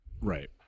Right